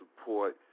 support